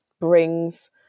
brings